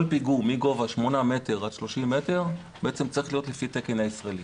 כל פיגום מגובה שמונה מטר עד 30 מטר צריך להיות לפי התקן הישראלי.